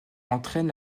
entraîne